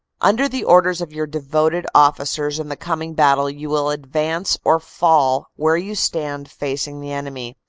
under the orders of your devoted officers in the coming battle you will advance or fall where you stand facing the lenemy.